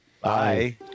Bye